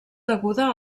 deguda